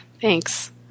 Thanks